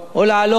או להעלות